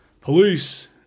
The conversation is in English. police